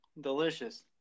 Delicious